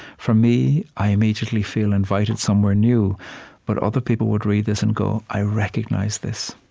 for me, i immediately feel invited somewhere new but other people would read this and go, i recognize this.